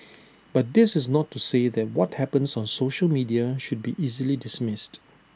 but this is not to say that what happens on social media should be easily dismissed